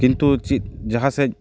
ᱠᱤᱱᱛᱩ ᱪᱮᱫ ᱡᱟᱦᱟᱸ ᱥᱮᱫ